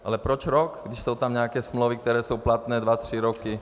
Ale proč rok, když jsou tam nějaké smlouvy, které jsou platné dva tři roky?